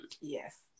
yes